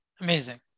Amazing